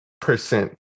percent